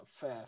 Fair